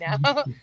now